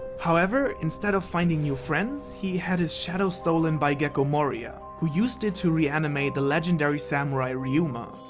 however instead of finding new friends, he had his shadow stolen by gekko moria, who used it to reanimate the legendary samurai ryuma.